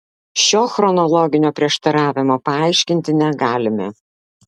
šio chronologinio prieštaravimo paaiškinti negalime